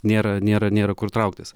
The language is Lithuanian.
nėra nėra nėra kur trauktis